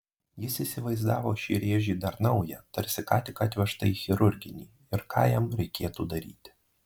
jis įsivaizdavo šį rėžį dar naują tarsi ką tik atvežtą į chirurginį ir ką jam reikėtų daryti